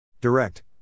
Direct